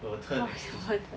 !wah! that one